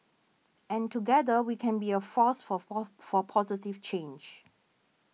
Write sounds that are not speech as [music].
and together we can be a force for [unintelligible] for positive change